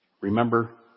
Remember